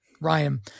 Ryan